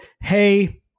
Hey